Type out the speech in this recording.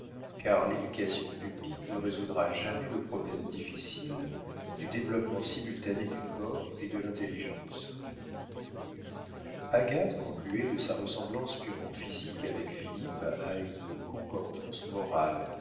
car l'éducation publique ne résoudra jamais le problème difficile du développement simultané du corps et de l'intelligence agathe concluait de sa ressemblance purement physique avec philippe à une concordance morale